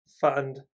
fund